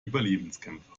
überlebenskämpfe